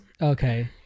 Okay